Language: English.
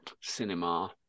cinema